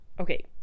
Okay